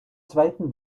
zweiten